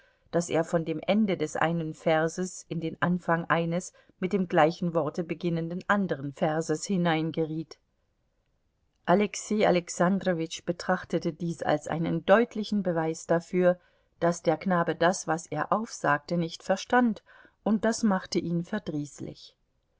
daß er von dem ende des einen verses in den anfang eines mit dem gleichen worte beginnenden anderen verses hineingeriet alexei alexandrowitsch betrachtete dies als einen deutlichen beweis dafür daß der knabe das was er aufsagte nicht verstand und das machte ihn verdrießlich